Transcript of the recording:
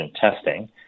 testing